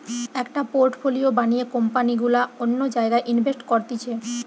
একটা পোর্টফোলিও বানিয়ে কোম্পানি গুলা অন্য জায়গায় ইনভেস্ট করতিছে